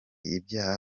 ibyaha